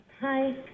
Hi